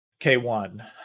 K1